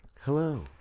Hello